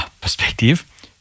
Perspective